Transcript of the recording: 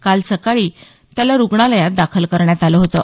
काल सकाळी त्याला रुग्णालयात दाखल करण्यात आलं होतं